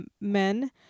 men